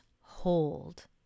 hold